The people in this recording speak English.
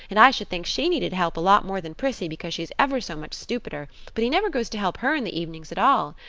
and i should think she needed help a lot more than prissy because she's ever so much stupider, but he never goes to help her in the evenings at all.